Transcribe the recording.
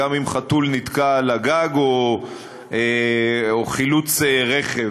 גם אם חתול נתקע על הגג או שצריך חילוץ רכב,